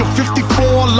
54